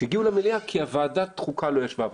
שהגיעו למליאה כי ועדת החוקה לא ישבה.